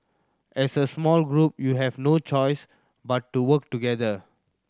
as a small group you have no choice but to work together